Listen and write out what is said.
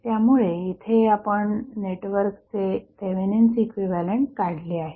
त्यामुळे येथे आपण नेटवर्कचे थेवेनिन्स इक्विव्हॅलंट काढले आहे